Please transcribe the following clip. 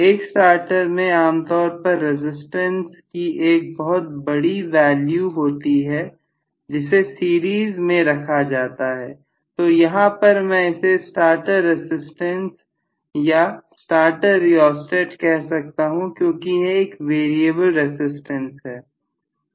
एक स्टार्टर में आम तौर पर रसिस्टेंस की एक बहुत बड़ी वैल्यू होती है जिसे सीरीज में रखा जाता है तो यहां पर मैं इसे स्टार्टर रसिस्टेंस या स्टार्टर रियोस्टेट कह सकता हूं क्योंकि यह एक वेरिएबल रसिस्टेंस है